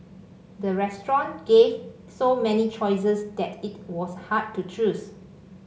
the restaurant gave so many choices that it was hard to choose